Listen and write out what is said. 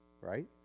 right